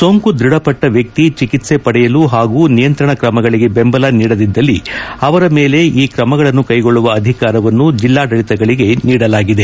ಸೋಂಕು ದೃಢಪಟ್ಟ ವ್ಯಕ್ತಿ ಚಿಕಿತ್ಸೆ ಪಡೆಯಲು ಹಾಗೂ ನಿಯಂತ್ರಣ ಕ್ರಮಗಳಿಗೆ ಬೆಂಬಲ ನೀಡದಿದ್ದಲ್ಲಿ ಅವರ ಮೇಲೆ ಈ ಕ್ರಮಗಳನ್ನು ಕೈಗೊಳ್ಳುವ ಅಧಿಕಾರವನ್ನು ಜಿಲ್ಲಾಡಳಿತಗಳಿಗೆ ನೀಡಲಾಗಿದೆ